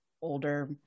older